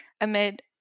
amid